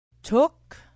took